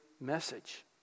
message